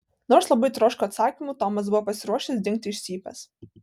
nors labai troško atsakymų tomas buvo pasiruošęs dingti iš cypės